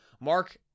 mark